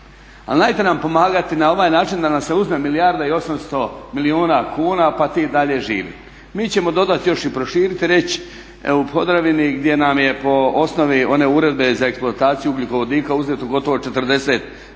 Ali najte nam pomagati na ovaj način da nam se uzme milijarda i 800 milijuna kuna pa ti dalje živi. Mi ćemo dodati još i proširiti i reći u Podravini gdje nam je po osnovi one uredbe za eksploataciju ugljikovodika uzeto gotovo 40% prihoda,